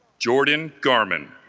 jordan garmin